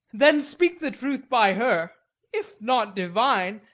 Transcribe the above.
then speak the truth by her if not divine,